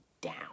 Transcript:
down